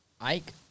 Ike